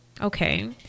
Okay